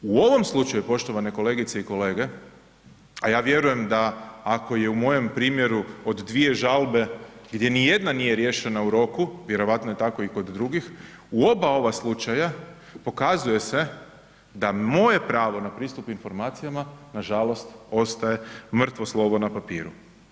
U ovom slučaju poštovane kolegice i kolege, a ja vjerujem da ako je u mojem primjeru od dvije žalbe gdje nijedna nije riješena u roku, vjerojatno je tako i kod drugih, u oba ova slučaja pokazuje se da moje pravo na pristup informacijama nažalost ostaje mrtvo slovo na papiru.